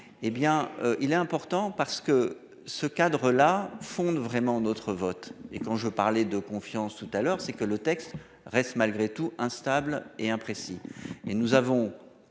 Eh bien il est important parce que ce cadre-là font vraiment notre vote et quand je veux parler de confiance tout à l'heure, c'est que le texte reste malgré tout instable et imprécis et nous avons.